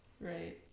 Right